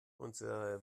unsere